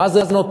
מה זה נותן,